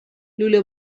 لوله